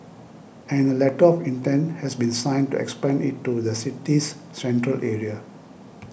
and a letter of intent has been signed to expand it to the city's central area